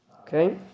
Okay